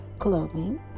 clothing